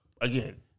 again